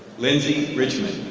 lindsay richmond.